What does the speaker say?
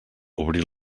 obrir